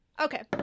Okay